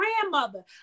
grandmother